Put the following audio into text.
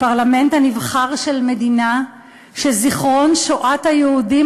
הפרלמנט הנבחר של מדינה שזיכרון שואת היהודים